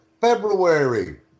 February